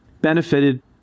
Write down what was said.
benefited